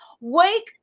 Wake